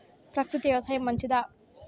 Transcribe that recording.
ప్రకృతి వ్యవసాయం మంచిదా?